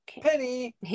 penny